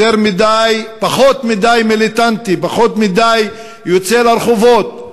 פחות מדי מיליטנטי, פחות מדי יוצא לרחובות,